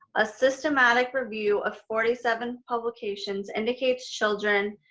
a systematic review of forty seven publications indicate children